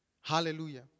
hallelujah